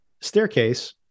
staircase